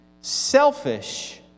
selfish